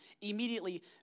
Immediately